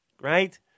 right